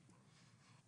נכון.